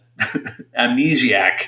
amnesiac